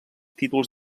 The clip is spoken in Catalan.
títols